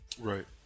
Right